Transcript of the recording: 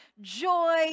joy